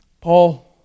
Paul